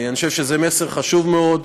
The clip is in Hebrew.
אני חושב שזה מסר חשוב מאוד,